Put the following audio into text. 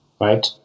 right